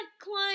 climb